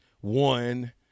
one